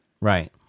Right